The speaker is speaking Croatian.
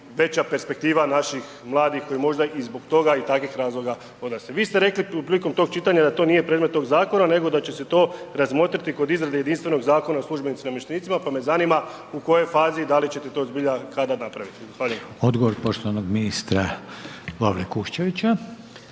veća perspektiva naših mladih koji možda i zbog toga i takvih razloga odlaze. Vi ste rekli prilikom tog čitanja da to nije predmet tog zakona nego da će se to razmotriti kod izrade jedinstvenog Zakona o službenicima i namještenicima, pa me zanima u kojoj fazi, da li ćete to zbilja i kada napraviti. Hvala lijepo.